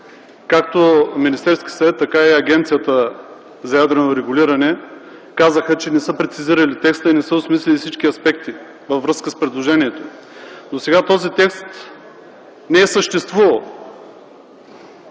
както Министерският съвет, така и Агенцията за ядрено регулиране казаха, че не са прецизирали текста и не са осмислили всички аспекти във връзка с предложението. Досега този текст не е съществувал.